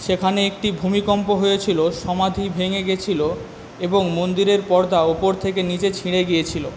সেখানে একটি ভূমিকম্প হয়েছিল সমাধি ভেঙে গিয়েছিল এবং মন্দিরের পর্দা ওপর থেকে নিচে ছিঁড়ে গিয়েছিল